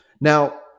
Now